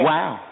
Wow